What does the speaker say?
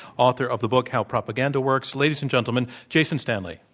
author of the book, how propaganda works. ladies and gentlemen, jason stanley.